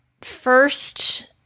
first